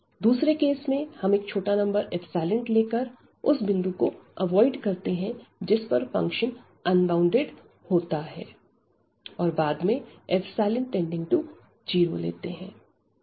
दूसरे केस में हम एक छोटा नंबर लेकर उस बिंदु को अवॉइड करते हैं जिस पर फंक्शन अनबॉउंडेड होता है और बाद में 0 लेते हैं